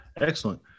Excellent